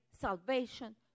salvation